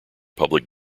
public